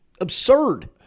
absurd